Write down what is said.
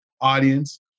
audience